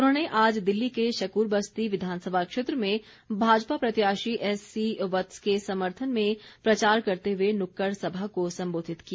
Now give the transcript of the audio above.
उन्होंने आज दिल्ली के शक्रबस्ती विधानसभा क्षेत्र में भाजपा प्रत्याशी एससी वत्स के समर्थन में प्रचार करते हुए नुक्कड़ सभा को संबोधित किया